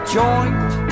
joint